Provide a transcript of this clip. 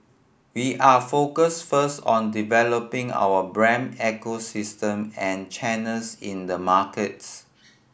we are focused first on developing our brand ecosystem and channels in the markets